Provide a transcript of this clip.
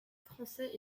français